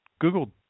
Google